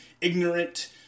ignorant